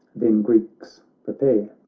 then greeks prepare.